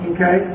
Okay